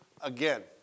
again